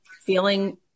feeling